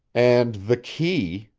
and the key,